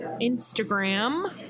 Instagram